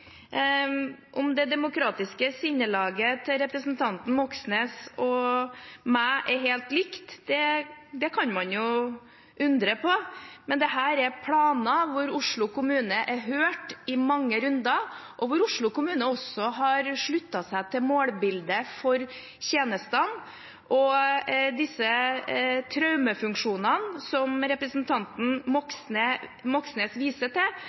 Om det demokratiske sinnelaget til representanten Moxnes og meg er helt likt, det kan man jo undre på, men dette er planer hvor Oslo kommune er hørt i mange runder, og hvor Oslo kommune også har sluttet seg til målbildet for tjenestene. Når det gjelder disse traumefunksjonene som representanten Moxnes viser til,